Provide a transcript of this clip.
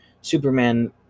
Superman